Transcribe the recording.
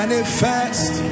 Manifest